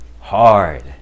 hard